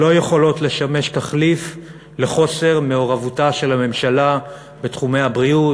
לא יכולות לשמש תחליף לחוסר מעורבותה של הממשלה בתחומי הבריאות,